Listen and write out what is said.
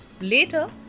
Later